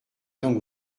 donc